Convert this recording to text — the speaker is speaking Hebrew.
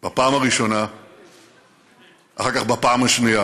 חברת הכנסת רוזין היא חברת כנסת עם ותק מסוים,